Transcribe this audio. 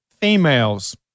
females